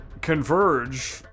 converge